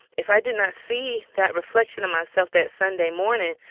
if i did not see that reflection of myself that sunday morning,